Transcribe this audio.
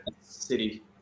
City